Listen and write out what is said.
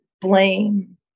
blame